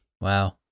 wow